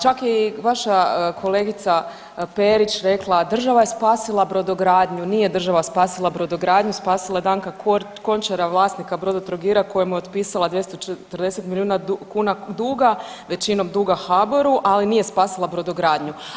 Čak je i vaša kolegica Perić rekla, država je spasila brodogradnju, nije država spasila brodogradnju, spasila je Danka Končara, vlasnika Brodotrogira kojemu je otpisala 240 milijuna kuna duga, većina duga HBOR-u, ali nije spasila brodogradnju.